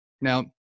Now